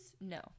No